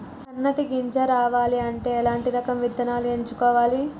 సన్నటి గింజ రావాలి అంటే ఎలాంటి రకం విత్తనాలు ఎంచుకోవాలి?